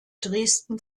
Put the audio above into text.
dresden